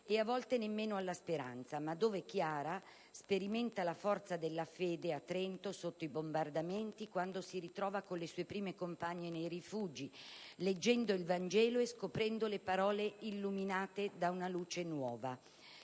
e a volte nemmeno alla speranza, ma dove Chiara sperimenta la forza della fede, a Trento, sotto i bombardamenti, quando si ritrova con le sue prime compagne nei rifugi, leggendo il Vangelo e scoprendo le parole illuminate da una luce nuova.